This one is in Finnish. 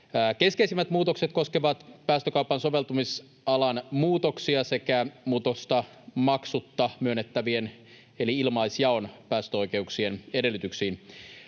Keskeisimmät muutokset koskevat päästökaupan soveltamisalan muutoksia sekä muutosta maksutta myönnettävien eli ilmaisjaon päästöoikeuksien edellytyksiin.